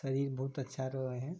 शरीर बहुत अच्छा रहै हइ